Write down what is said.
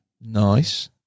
Nice